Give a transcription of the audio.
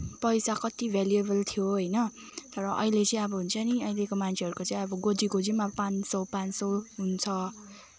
पैसा कति भेल्युएबल थियो होइन तर अहिले चाहिँ अब हुन्छ नि अहिलेको मान्छेहरूको चाहिँ अब गोजी गोजीमा पाँच सौ पाँच सौ हुन्छ